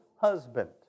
husband